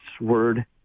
word